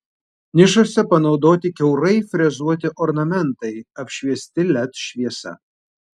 nišose panaudoti kiaurai frezuoti ornamentai apšviesti led šviesa